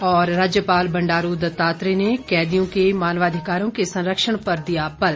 और राज्यपाल बंडारू दत्तात्रेय ने कैदियों के मानवाधिकारों के संरक्षण पर दिया बल